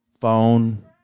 phone